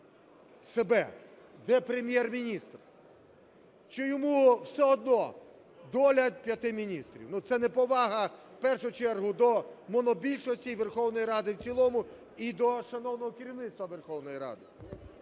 себе. Де Прем'єр-міністр? Чи йому все одно доля п'яти міністрів? Це неповага в першу чергу до монобільшості, і Верховної Ради в цілому, і до шановного керівництва Верховної Ради.